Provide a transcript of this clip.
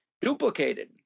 duplicated